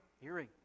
Hearing